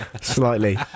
slightly